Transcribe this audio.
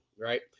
right